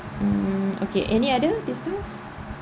um any other discount